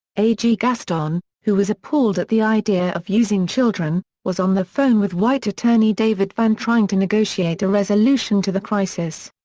a g. gaston, who was appalled at the idea of using children, was on the phone with white attorney david vann trying to negotiate a resolution to the crisis.